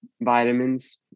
vitamins